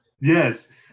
yes